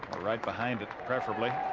right behind it, preferably.